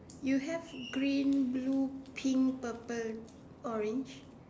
you have green blue pink purple orange